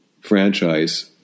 franchise